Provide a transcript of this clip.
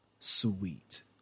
Sweet